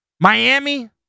Miami